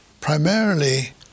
primarily